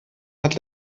hat